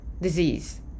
disease